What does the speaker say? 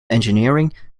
engineering